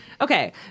Okay